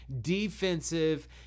defensive